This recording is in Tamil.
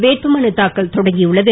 வேட்புமலு தாக்கல் தொடங்கியுள்ளது